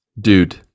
dude